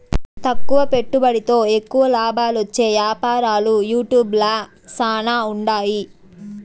తక్కువ పెట్టుబడితో ఎక్కువ లాబాలొచ్చే యాపారాలు యూట్యూబ్ ల శానా ఉండాయి